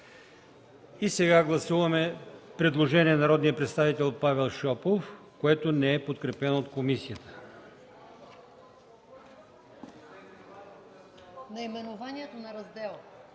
прието. Гласуваме предложението от народния представител Павел Шопов, което не е подкрепено от комисията.